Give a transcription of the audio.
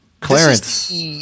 Clarence